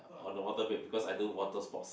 on the water bed because I do water sports